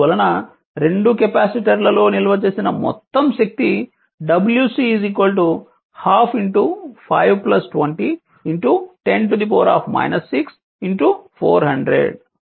అందువలన రెండు కెపాసిటర్ల లో నిల్వ చేసిన మొత్తం శక్తి wC 12 5 20 10 6 400 400 అంటే ఈ 20 2